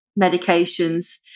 medications